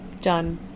done